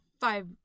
five